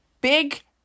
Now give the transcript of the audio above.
big